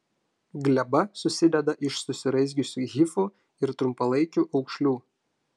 gleba susideda iš susiraizgiusių hifų ir trumpalaikių aukšlių